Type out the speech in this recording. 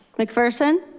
mcpherson.